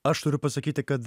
aš turiu pasakyti kad